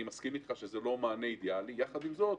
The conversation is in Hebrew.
אני מסכים איתך שזה לא מענה אידאלי, ועם זאת,